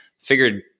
figured